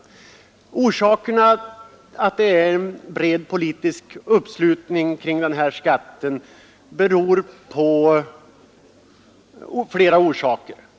Orsakerna till den breda politiska uppslutningen kring denna skatt är flera.